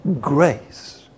grace